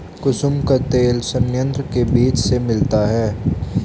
कुसुम का तेल संयंत्र के बीज से मिलता है